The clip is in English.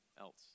else